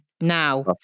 Now